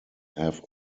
have